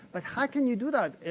but, how can you do that?